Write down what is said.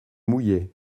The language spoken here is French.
mouillaient